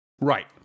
right